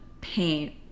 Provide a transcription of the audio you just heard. paint